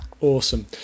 Awesome